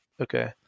okay